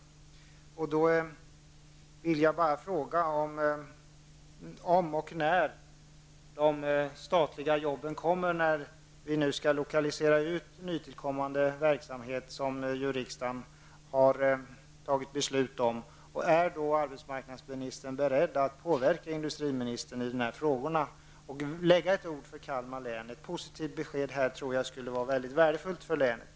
När kommer de statliga jobben? Riksdagen har ju fattat beslut om att nytillkommande verksamheter skall utlokaliseras. Är arbetsmarknadsministern beredd att påverka industriministern i dessa frågor och lägga ett ord för Kalmar län? Ett positivt besked tror jag vore mycket värdefullt för länet.